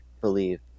believe